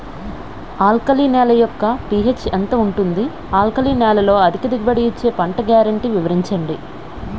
Alkali నేల యెక్క pH ఎంత ఉంటుంది? ఆల్కలి నేలలో అధిక దిగుబడి ఇచ్చే పంట గ్యారంటీ వివరించండి?